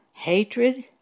Hatred